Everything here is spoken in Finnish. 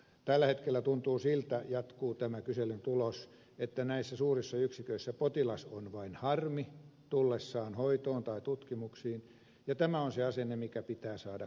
tällä hetkellä tuntuu siltä jatkuu tämän kyselyn tulos että näissä suurissa yksiköissä potilas on vain harmi tullessaan hoitoon tai tutkimuksiin ja tämä on se asenne mikä pitää saada kiireesti purettua